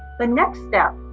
the next step,